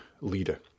leader